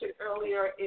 earlier